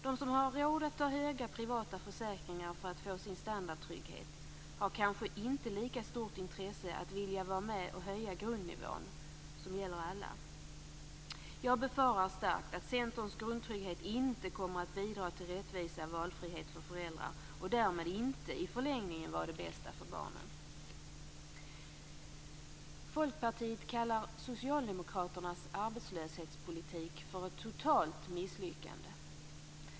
De som har råd att ta höga privata försäkringar för att få sin standardtrygghet har kanske inte lika stort intresse att vilja vara med och höja grundnivån, som gäller alla. Jag befarar starkt att Centerns grundtrygghet inte kommer att bidra till rättvisa och valfrihet för föräldrar och därmed inte i förlängningen vara det bästa för barnen. Folkpartiet kallar Socialdemokraternas arbetslöshetspolitik för ett totalt misslyckande.